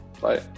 Bye